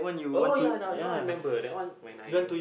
oh ya now now I remember that one when I